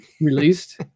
released